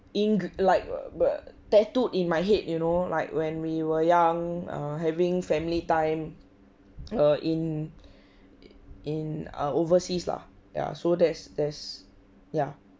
ink like tattoo in my head you know like when we were young or having family time or in in a overseas lah ya so that's that's ya